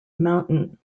mountain